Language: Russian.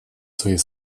своей